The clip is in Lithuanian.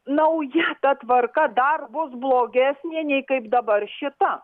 nauja ta tvarka dar bus blogesnė nei kaip dabar šita